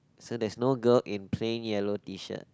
so there's no girl in plain yellow T shirt